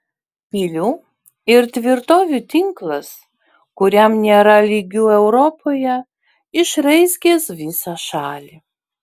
pilių ir tvirtovių tinklas kuriam nėra lygių europoje išraizgęs visą šalį